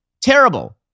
terrible